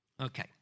Okay